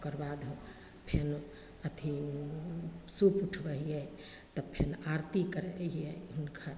ओकर बाद फेर अथी सूप उठबै हिए तब फेर आरती करै हिए घाट